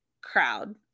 crowd